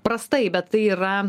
prastai bet tai yra